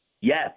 Yes